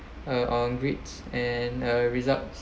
uh on grades and uh results